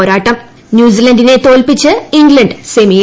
പോരാട്ടം ന്യൂസിലന്റിനെ തോൽപ്പിച്ച് ഇംഗ്ലണ്ട് സെമിയിൽ